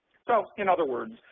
so, in other words,